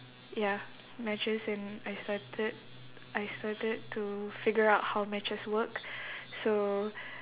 ya matches and I started I started to figure out how matches work so